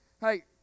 Hey